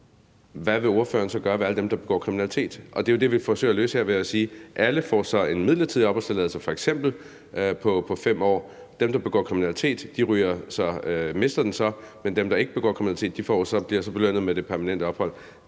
præcis på, hvad ordføreren vil gøre ved alle dem, der begår kriminalitet. Det er jo det, vi forsøger at løse her ved at sige: Alle får en midlertidig opholdstilladelse på f.eks. 5 år, og dem, der begår kriminalitet, mister den så, men dem, der ikke begår kriminalitet, bliver belønnet med at få permanent ophold.